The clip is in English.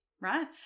right